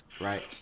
Right